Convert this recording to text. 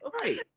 right